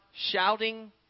shouting